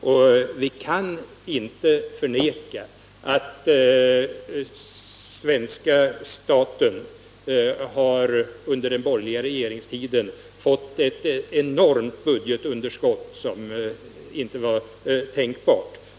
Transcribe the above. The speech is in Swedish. Det kan inte förnekas att svenska staten under den borgerliga regeringstiden har fått ett oerhört stort budgetunderskott, som inte var tänkbart tidigare.